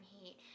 heat